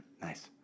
Nice